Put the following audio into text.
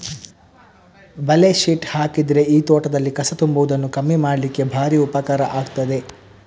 ಬಲೆ ಶೀಟ್ ಹಾಕಿದ್ರೆ ಈ ತೋಟದಲ್ಲಿ ಕಸ ತುಂಬುವುದನ್ನ ಕಮ್ಮಿ ಮಾಡ್ಲಿಕ್ಕೆ ಭಾರಿ ಉಪಕಾರ ಆಗ್ತದೆ